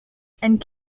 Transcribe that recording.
and